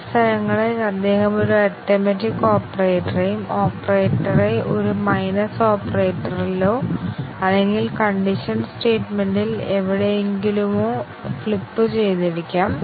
ചില സ്ഥലങ്ങളിൽ അദ്ദേഹം ഒരു അരിതമെറ്റിക് ഓപ്പറേറ്ററെയും ഓപ്പറേറ്ററെ ഒരു മൈനസ് ഓപ്പറേറ്ററിലോ അല്ലെങ്കിൽ കണ്ടീഷനൽ സ്റ്റേറ്റ്മെന്റിൽ എവിടെയെങ്കിലുമോ ഫ്ലിപ്പുചെയ്തിരിക്കാം